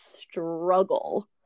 struggle